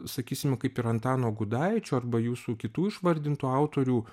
sakysime kaip ir antano gudaičio arba jūsų kitų išvardintų autorių